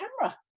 camera